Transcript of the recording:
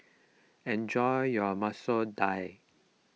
enjoy your Masoor Dal